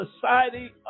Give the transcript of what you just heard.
society